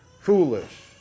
foolish